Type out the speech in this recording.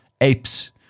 apes